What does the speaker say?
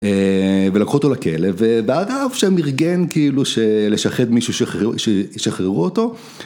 ולקחו אותו לכלב, והרב שם ארגן כאילו לשחד מישהו ששחררו אותו.